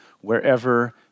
wherever